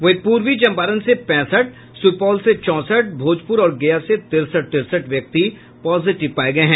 वहीं पूर्वी चंपारण से पैंसठ सुपौल से चौंसठ भोजपुर और गया से तिरसठ तिरसठ व्यक्ति पॉजिटिव पाए गए हैं